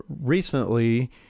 recently